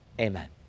Amen